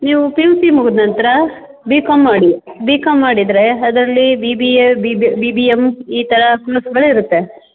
ನೀವು P U C ಮುಗಿದ ನಂತರ ಬಿ ಕಾಮ್ ಮಾಡಿ ಬಿ ಕಾಮ್ ಮಾಡಿದರೆ ಅದರಲ್ಲಿ B B A B B B B M ಈ ಥರ ಕೋರ್ಸ್ಗಳು ಇರುತ್ತೆ